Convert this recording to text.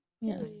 Yes